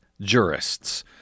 jurists